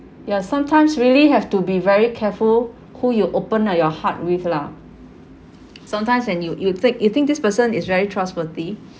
ya sometimes really have to be very careful who you open ah your heart with lah sometimes when you you think you think this person is very trustworthy